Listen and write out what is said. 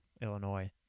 Illinois